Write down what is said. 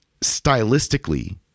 stylistically